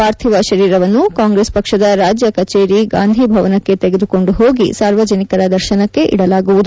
ಪಾರ್ಥಿವ ಶರೀರವನ್ನು ಕಾಂಗ್ರೆಸ್ ಪಕ್ಷದ ರಾಜ್ಯ ಕಚೇರಿ ಗಾಂಧಿ ಭವನಕ್ಕೆ ತೆಗೆದುಕೊಂಡು ಹೋಗಿ ಸಾರ್ವಜನಿಕರ ದರ್ಶನಕ್ಕೆ ಇಡಲಾಗುವುದು